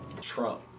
Trump